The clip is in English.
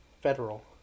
federal